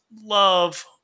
love